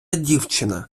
дівчина